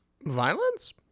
violence